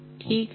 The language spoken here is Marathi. ठीक आहे